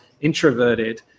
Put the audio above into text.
introverted